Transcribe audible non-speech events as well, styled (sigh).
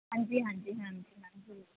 ਹਾਂਜੀ ਹਾਂਜੀ ਮੈਮ (unintelligible)